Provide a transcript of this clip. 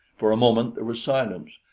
for a moment there was silence.